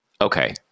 okay